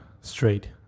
straight